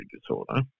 disorder